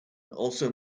also